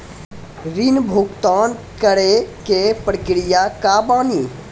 ऋण भुगतान करे के प्रक्रिया का बानी?